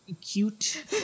cute